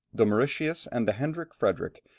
the mauritius and the hendrik fredrik,